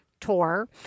tour